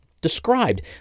described